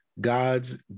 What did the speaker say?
God's